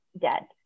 dead